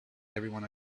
everyone